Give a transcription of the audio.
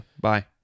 Bye